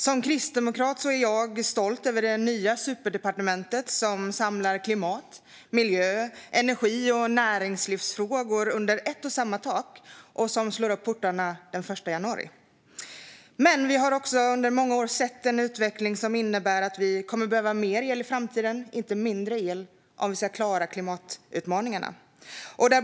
Som kristdemokrat är jag stolt över det nya superdepartementet som samlar klimat, miljö, energi och näringslivsfrågor under ett och samma tak och slår upp portarna den 1 januari. Vi har dock under många år sett en utveckling som innebär att vi i framtiden kommer att behöva mer el, inte mindre, om vi ska klara klimatutmaningarna.